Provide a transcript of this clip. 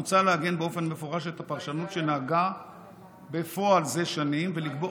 מוצע לעגן באופן מפורש את הפרשנות שנהגה בפועל זה שנים ולגבור,